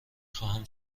خواهمم